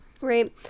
Right